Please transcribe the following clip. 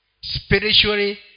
spiritually